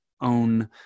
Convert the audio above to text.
own